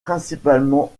principalement